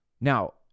Now